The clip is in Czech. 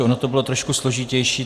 Ono to bylo trošku složitější.